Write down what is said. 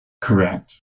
Correct